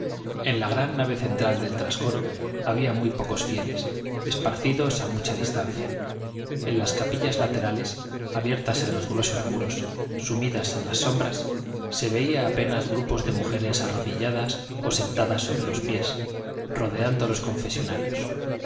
en la gran nave central del trascoro había muy pocos fieles esparcidos a mucha distancia en las capillas laterales abiertas en los gruesos muros sumidas en las sombras se veía apenas grupos de mujeres arrodilladas o sentadas sobre los pies rodeando los confesonarios